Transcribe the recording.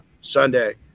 sunday